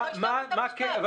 מה כן?